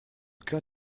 cœur